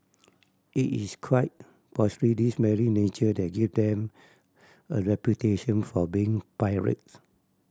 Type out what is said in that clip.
it is quite possibly this very nature that gave them a reputation for being pirates